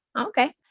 okay